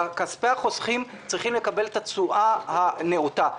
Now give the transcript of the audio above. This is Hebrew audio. וכספי החוסכים צריכים לקבל את התשואה הנאותה.